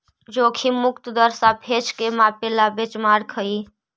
जोखिम मुक्त दर सापेक्ष को मापे ला बेंचमार्क हई